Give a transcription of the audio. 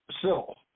civil